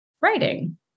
writing